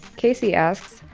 kasey asks,